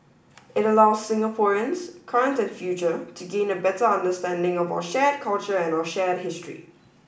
it allows Singaporeans current and future to gain a better understanding of our shared culture and our shared history